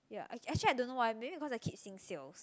ya ac~ actually I don't know why maybe cause I keep seeing sales